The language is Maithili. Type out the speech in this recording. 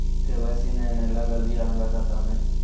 के.वाई.सी ने न लागल या हमरा खाता मैं?